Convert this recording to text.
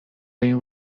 این